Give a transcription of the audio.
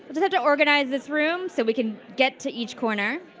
but have to organize this room so we can get to each corner.